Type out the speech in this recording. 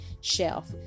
shelf